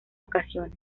ocasiones